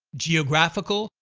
geographical,